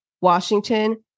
washington